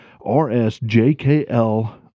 RSJKL